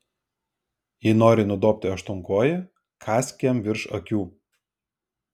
jei nori nudobti aštuonkojį kąsk jam virš akių